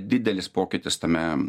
didelis pokytis tame